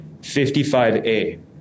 55A